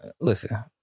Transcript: Listen